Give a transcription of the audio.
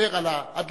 לדבר על ההדלפות,